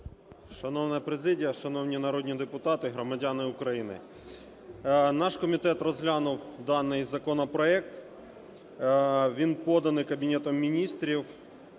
Шановна президія, шановні народні депутати, громадяни України! Наш комітет розглянув даний законопроект. Він поданий Кабінетом Міністрів.